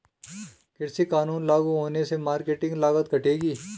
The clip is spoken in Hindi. कृषि कानून लागू होने से मार्केटिंग लागत घटेगी